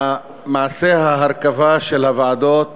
מעשי ההרכבה של הוועדות